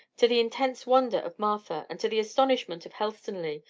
to the intense wonder of martha, and to the astonishment of helstonleigh,